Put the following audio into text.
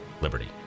Liberty